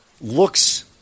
looks